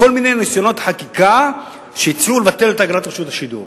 בכל מיני ניסיונות חקיקה שהציעו לבטל את אגרת רשות השידור,